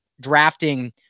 drafting